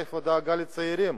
איפה הדאגה לצעירים?